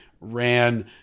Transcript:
ran